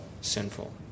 sinful